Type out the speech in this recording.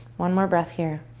one more breath here